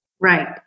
Right